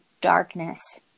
darkness